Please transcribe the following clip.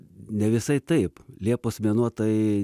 ne visai taip liepos mėnuo tai